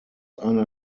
einer